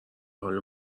حال